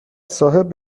صاحب